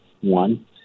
one